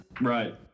Right